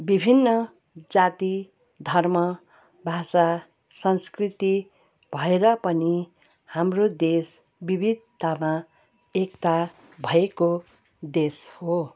विभिन्न जाति धर्म भाषा संस्कृति भएर पनि हाम्रो देश विविधतामा एकता भएको देश हो